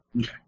Okay